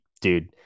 dude